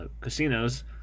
casinos